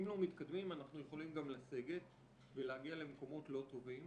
אנחנו יכולים גם לסגת ולהגיע למקומות לא טובים.